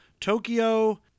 Tokyo